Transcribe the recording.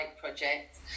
project